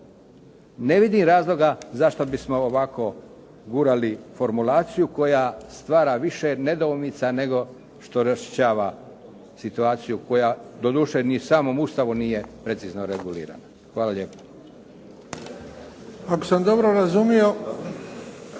Ne vidim razloga zašto bismo ovako gurali formulaciju koja stvara više nedoumica nego što raščišćava situaciju koja do duše ni u samom Ustavu nije precizno regulirana. Hvala lijepo.